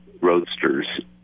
roadsters